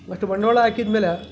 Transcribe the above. ಅಷ್ಟು ಬಂಡವಾಳ ಹಾಕಿದಮೇಲೆ